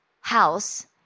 house